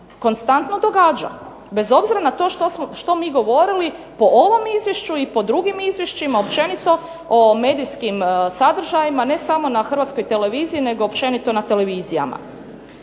konstantno događa, bez obzira što mi govorili po ovom Izvješću i po drugim izvješćima o medijskim sadržajima ne samo na Hrvatskoj televiziji nego općenito na televizijama.